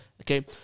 okay